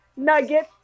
Nuggets